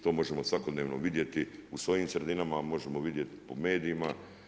To možemo svakodnevno vidjeti u svojim sredinama, a možemo vidjeti po medijima.